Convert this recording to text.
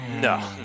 No